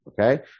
Okay